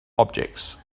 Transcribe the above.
objects